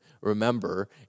Remember